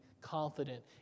confident